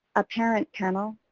a parent panel,